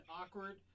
awkward